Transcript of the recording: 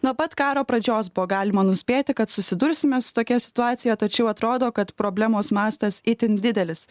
nuo pat karo pradžios buvo galima nuspėti kad susidursime su tokia situacija tačiau atrodo kad problemos mastas itin didelis